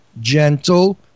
gentle